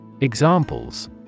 Examples